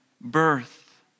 birth